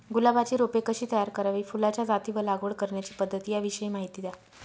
गुलाबाची रोपे कशी तयार करावी? फुलाच्या जाती व लागवड करण्याची पद्धत याविषयी माहिती द्या